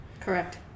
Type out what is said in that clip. Correct